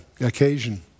occasion